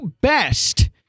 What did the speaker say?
best